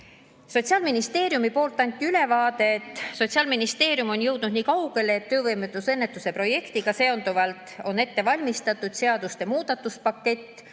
Sotsiaalministeeriumist anti ülevaade, et Sotsiaalministeerium on jõudnud nii kaugele, et töövõimetusennetuse projektiga seonduvalt on ette valmistatud seadusemuudatuste pakett,